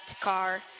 car